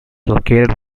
located